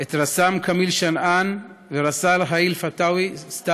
את רס"מ כמיל שנאן ורס"ר האיל סתאוי,